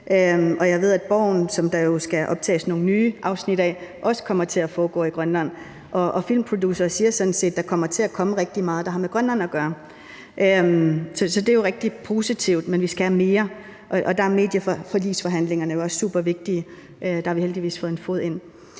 jeg ved, at »Borgen«, som der jo skal optages nogle nye afsnit af, også kommer til at foregå i Grønland. Filmproducere siger sådan set, at der kommer til at komme rigtig meget, der har med Grønland at gøre, så det er jo rigtig positivt. Men vi skal have mere, og der er medieforligsforhandlingerne jo også super vigtige. Der har vi heldigvis fået en fod ind.